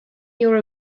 your